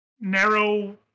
narrow